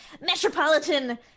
metropolitan